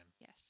Yes